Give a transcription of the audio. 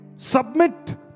Submit